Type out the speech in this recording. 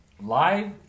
Live